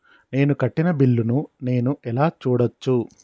నేను కట్టిన బిల్లు ను నేను ఎలా చూడచ్చు?